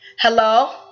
hello